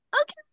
okay